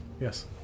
Yes